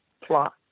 plot